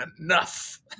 enough